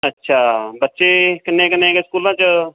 ਅੱਛਾ ਬੱਚੇ ਕਿੰਨੇ ਕਿੰਨੇ ਹੈਗੇ ਸਕੂਲਾਂ 'ਚ